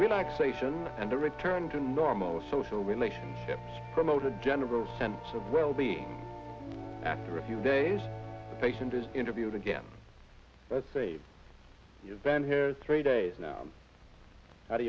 relaxation and the return to normal social relations promote a general sense of wellbeing after a few days patient is interviewed again let's say you've been here three days now how do